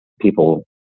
people